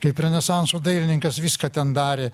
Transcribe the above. kaip renesanso dailininkas viską ten darė